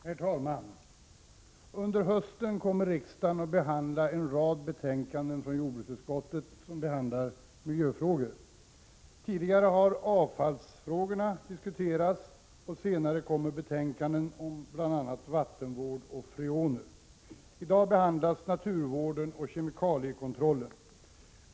Herr talman! Under hösten kommer riksdagen att behandla en rad betänkanden från jordbruksutskottet som behandlar miljöfrågor. Tidigare har avfallsfrågorna diskuterats, och senare kommer betänkanden om bl.a. vattenvård och freoner att tas upp. I dag behandlas naturvården och kemikaliekontrollen.